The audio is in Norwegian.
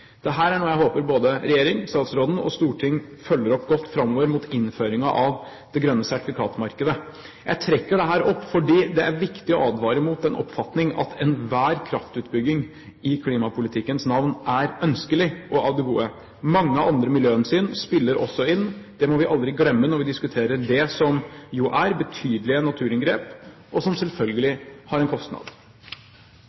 er noe jeg håper både regjeringen, statsråden og Stortinget følger godt opp framover mot innføringen av det grønne sertifikatmarkedet. Jeg trekker dette opp fordi det er viktig å advare mot den oppfatningen at enhver kraftutbygging i klimapolitikkens navn er ønskelig og av det gode. Mange andre miljøhensyn spiller også inn. Det må vi aldri glemme når vi diskuterer det som jo er betydelige naturinngrep, og som selvfølgelig